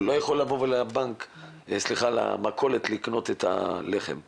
הוא לא יכול ללכת למכולת לקנות עם זה את הלחם והחלב.